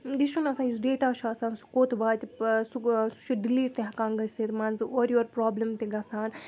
یہِ چھُنہٕ آسان یُس ڈیٹا چھِ آسان سُہ کوٚت واتہِ سُہ چھُ ڈِلیٖٹ تہِ ہؠکان گٔژھِتھ منٛزٕ اورٕ یور پرٛابلِم تہِ گژھان